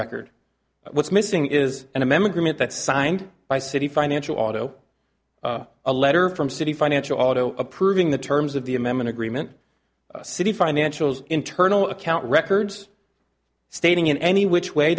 record what's missing is an m m agreement that's signed by city financial auto a letter from citi financial auto approving the terms of the amendment agreement city financials internal account records stating in any which way